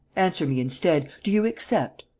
answer me, instead do you accept?